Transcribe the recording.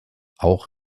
auch